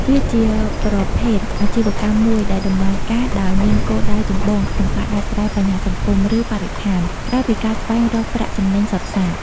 វាជាប្រភេទអាជីវកម្មមួយដែលដំណើរការដោយមានគោលដៅចម្បងក្នុងការដោះស្រាយបញ្ហាសង្គម ឬបរិស្ថាន ក្រៅពីការស្វែងរកប្រាក់ចំណេញសុទ្ធសាធ។